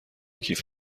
کیف